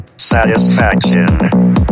Satisfaction